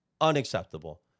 Unacceptable